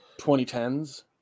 2010s